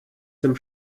dem